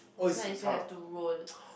this one you still have to roll